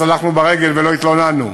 אז הלכנו ברגל ולא התלוננו,